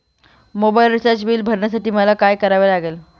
Mobile recharge bill भरण्यासाठी मला काय करावे लागेल?